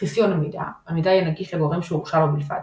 חסיון המידע – מידע יהיה נגיש לגורם שהורשה לו בלבד.